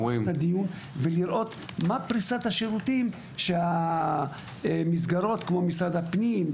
לראות מה פריסת השירותים שהמסגרות כמו משרד הפנים,